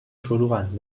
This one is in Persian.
شلوغن